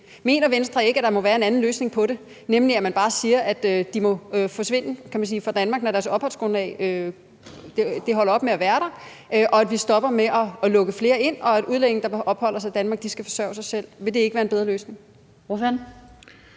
Mener Venstre ikke, at der må være en anden løsning på det, nemlig at man bare siger, at de må forsvinde, kan man sige, fra Danmark, når deres opholdsgrundlag holder op med at være der, at vi stopper med at lukke flere ind, og at udlændinge, der opholder sig i Danmark, skal forsørge sig selv? Vil det ikke være en bedre løsning?